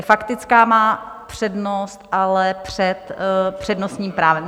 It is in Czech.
Faktická má ale přednost před přednostním právem.